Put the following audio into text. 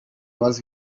was